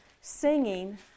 singing